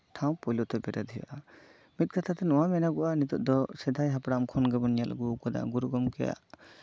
ᱴᱷᱟᱶ ᱯᱳᱭᱞᱳ ᱛᱮ ᱵᱮᱨᱮᱫ ᱦᱩᱭᱩᱜᱼᱟ ᱢᱤᱫ ᱠᱟᱛᱷᱟᱛᱮ ᱱᱚᱣᱟ ᱢᱮᱱᱚᱜᱚᱜᱼᱟ ᱱᱤᱛᱚᱜ ᱫᱚ ᱥᱮᱫᱟᱭ ᱦᱟᱯᱲᱟᱢ ᱠᱷᱚᱱ ᱜᱮᱵᱚᱱ ᱧᱮᱞ ᱟᱹᱜᱩ ᱠᱟᱫᱟ ᱜᱩᱨᱩ ᱜᱚᱝᱠᱮᱭᱟᱜ